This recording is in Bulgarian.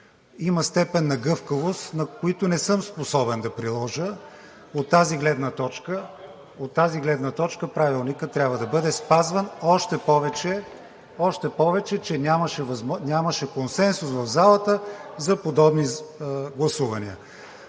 Има степен на гъвкавост, над която не съм способен да приложа. От тази гледна точка Правилникът трябва да бъде спазван, още повече че нямаше консенсус в залата за подобни гласувания.